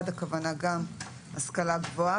50 בתוך מבנה,